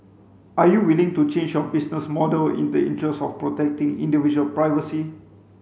are you willing to change your business model in the interest of protecting individual privacy